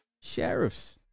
sheriffs